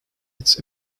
this